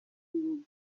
will